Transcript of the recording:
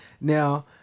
Now